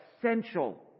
essential